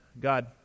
God